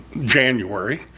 January